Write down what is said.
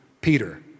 Peter